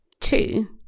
Two